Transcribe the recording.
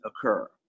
occur